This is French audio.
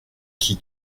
qui